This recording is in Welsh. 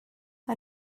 mae